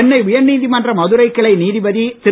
சென்னை உயர்நீதிமன்ற மதுரைக் கிளை நீதிபதி திரு